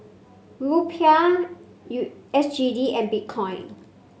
Rupiah U S G D and Bitcoin